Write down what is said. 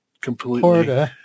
completely